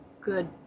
good